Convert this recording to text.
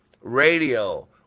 radio